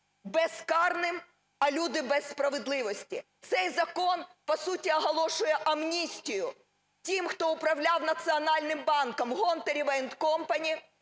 безкарним, а люди без справедливості. Цей закон по суті оголошує амністію тим, хто управляв Національним банком – Гонтарева